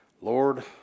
Lord